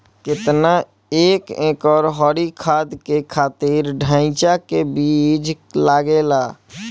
केतना एक एकड़ हरी खाद के खातिर ढैचा के बीज लागेला?